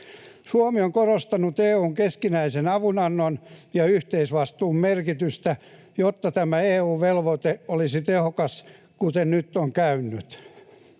Suomi on korostanut EU:n keskinäisen avunannon ja yhteisvastuun merkitystä, jotta tämä EU-velvoite olisi tehokas, kuten nyt on käynyt.